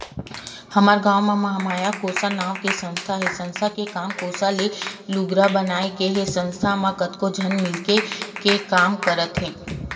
हमर गाँव म महामाया कोसा नांव के संस्था हे संस्था के काम कोसा ले लुगरा बनाए के हे संस्था म कतको झन मिलके के काम करथे